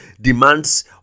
demands